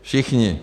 Všichni.